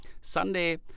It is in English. Sunday